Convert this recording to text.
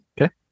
Okay